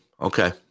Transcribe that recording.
Okay